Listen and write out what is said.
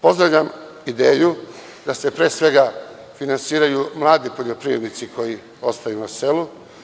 Pozdravljam ideju da se pre svega finansiraju mladi poljoprivrednici koji ostaju na selu.